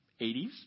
80s